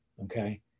Okay